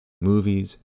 Movies